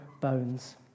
bones